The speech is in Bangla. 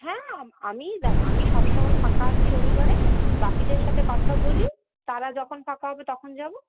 হ্যাঁ আমি দেখ আমি সবসময় ফাঁকা আছি রবিবারে বাকিদের সাথে কথা বলি তারা যখন ফাঁকা হবে তখন যাবো